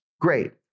great